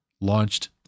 launched